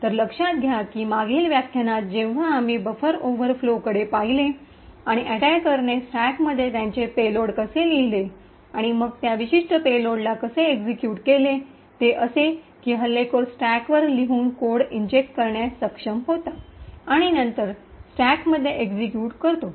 तर लक्षात घ्या की मागील व्याख्यानात जेव्हा आम्ही बफर ओव्हरफ्लोकडे पाहिले आणि अटैकरने स्टॅकमध्ये त्याचे पेलोड कसे लिहिले आणि मग त्या विशिष्ट पेलोडला कसे एक्सिक्यूट केले ते असे की हल्लेखोर स्टॅकवर लिहून कोड इंजेक्ट करण्यास सक्षम होता आणि नंतर स्टॅकमध्ये एक्सिक्यूट करतो